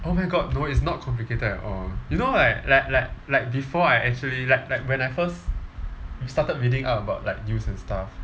oh my god no it's not complicated at all you know like like like like before I actually like like when I first started reading up about like news and stuff